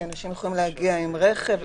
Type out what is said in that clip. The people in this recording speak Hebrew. כי אנשים יכולים להגיע עם רכב,